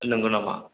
नोंगौ नामा